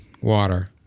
water